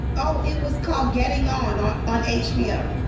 oh, it was called getting on ah on hbo.